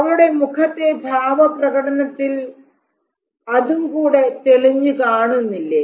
അവളുടെ മുഖത്തെ ഭാവ പ്രകടനത്തിൽ അതും കൂടെ തെളിഞ്ഞു കാണുന്നില്ലേ